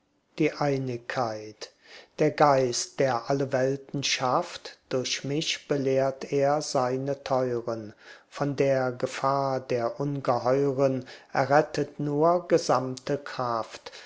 die einigkeit der geist der alle welten schafft durch mich belehrt er seine teuren von der gefahr der ungeheuren errettet nur gesamte kraft